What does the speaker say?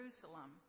Jerusalem